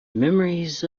memories